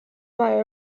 rhai